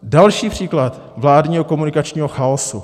Další příklad vládního komunikačními chaosu.